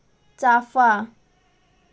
चाफा